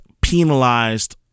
penalized